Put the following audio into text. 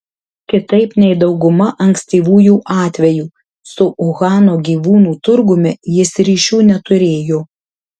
kitaip nei dauguma ankstyvųjų atvejų su uhano gyvūnų turgumi jis ryšių neturėjo